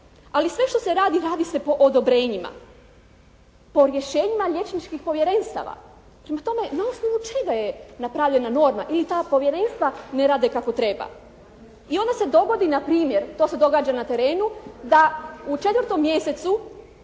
ali sve što se radi radi se po odobrenjima, po rješenjima liječničkih povjerenstava. Prema tome, na osnovu čega je napravljena norma ili ta povjerenstva ne rade kako treba. I onda se dogodi na primjer to se događa na terenu da u 4. mjesecu